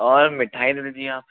और मिठाई दे दीजिए आप